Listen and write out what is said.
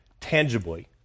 tangibly